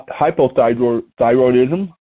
hypothyroidism